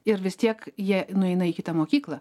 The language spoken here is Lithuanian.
ir vis tiek jie nueina į kitą mokyklą